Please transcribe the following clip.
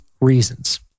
reasons